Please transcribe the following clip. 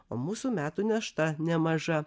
o mūsų metų našta nemaža